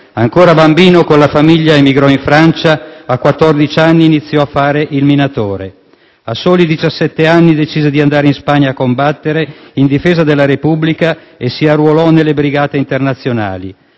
Ancora bambino con la famiglia emigrò in Francia. A quattordici anni iniziò a fare il minatore, a soli diciassette anni decise di andare in Spagna a combattere in difesa della Repubblica e si arruolò nelle Brigate internazionali.